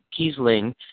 Kiesling